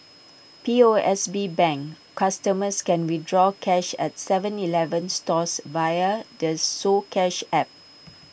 P O S B bank customers can withdraw cash at Seven Eleven stores via the soCash app